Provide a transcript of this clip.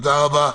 תודה רבה.